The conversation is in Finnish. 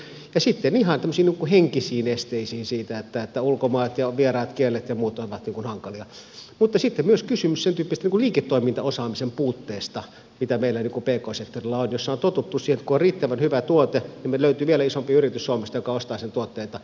ja sitten on ihan tämmöisiä henkisiä esteitä siinä että ulkomaat ja vieraat kielet ja muut ovat hankalia mutta sitten on myös kysymys sentyyppisestä liiketoimintaosaamisen puutteesta mitä meillä pk sektorilla on ja jossa on totuttu siihen että kun on riittävän hyvä tuote niin meiltä löytyy suomesta vielä isompi yritys joka ostaa tuotteita